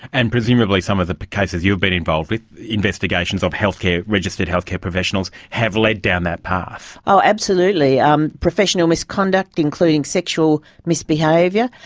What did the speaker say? and presumably some of the cases you've been involved with, investigations of healthcare, registered healthcare professionals, have led down that path. oh absolutely um professional misconduct including sexual misbehaviour.